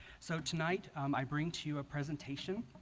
so tonight um i bring to you a presentation